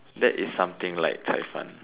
that is something like 菜饭